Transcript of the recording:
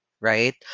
right